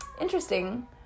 interesting